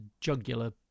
jugular